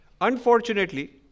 Unfortunately